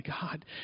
God